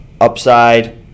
upside